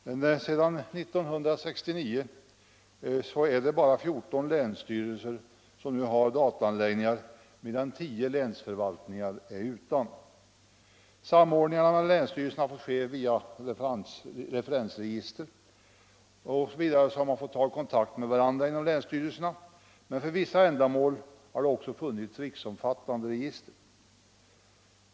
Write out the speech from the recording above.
Sedan 1969 är det bara 14 länsstyrelser som har dataanläggningar, medan tio länsförvaltningar är utan sådana. Samordningen mellan länsstyrelserna sker via referensregister, och vidare har man fått ta kontakt med varandra inom länsstyrelserna, men för vissa ändamål har det också funnits riksomfattande register.